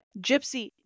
Gypsy